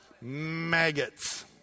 Maggots